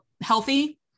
healthy